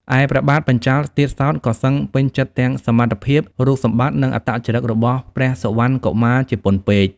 ឯព្រះបាទបញ្ចាល៍ទៀតសោត ក៏សឹងពេញចិត្តទាំងសមត្ថភាព រូបសម្បត្តិ និងអត្តចរិតរបស់ព្រះសុវណ្ណកុមារជាពន់ពេក។